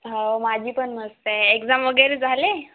हो माझी पण मस्त आहे एक्झाम वगैरे झाले